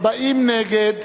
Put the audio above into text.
40 נגד,